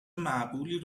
معقولی